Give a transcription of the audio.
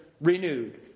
renewed